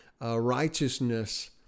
righteousness